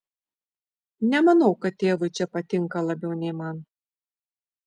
nemanau kad tėvui čia patinka labiau nei man